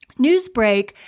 Newsbreak